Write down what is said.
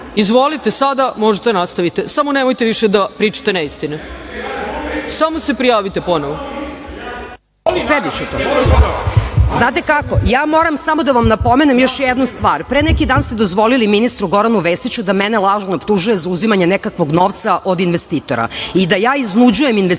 bilo. Izvolite sada. Možete da nastavite, samo nemojte više da pričate neistine. Samo se prijavite ponovo. **Danijela Nestorović** Znate kako, moram samo da vam napomenem još jednu stvar, pre neki dan ste dozvolili ministru Goranu Vesiću da mene lažno optužuje za uzimanje nekakvog novca od investitora i da ja iznuđujem investitore.